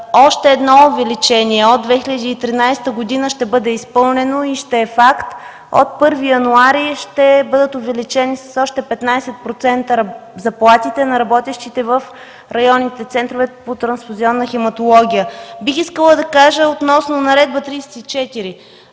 още едно увеличение от 2013 г. ще бъде изпълнено и ще е факт от 1 януари – ще бъдат увеличени с още 15% заплатите на работещите в районните центрове по трансфузионна хематология. Бих искала да кажа относно Наредба № 34.